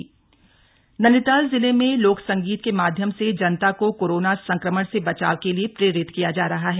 जनजागरूकता अभियान नैनीताल नैनीताल जिले में लोक संगीत के माध्यम से जनता को कोरोना संक्रमण से बचाव के लिए प्रेरित किया जा रहा है